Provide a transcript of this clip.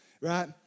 Right